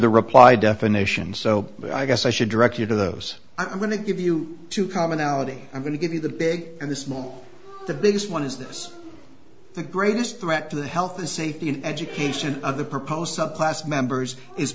the reply definitions so i guess i should direct you to those i'm going to give you two commonality i'm going to give you the big and the small the biggest one is this the greatest threat to the health and safety and education of the proposed subclass members is